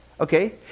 Okay